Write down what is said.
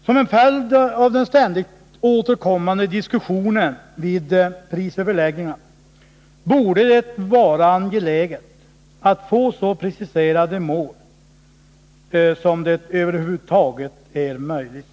Som en följd av den ständigt återkommande diskussionen vid prisöverläggningarna borde det vara angeläget att få så preciserade mål som det över huvud taget är möjligt.